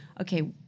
okay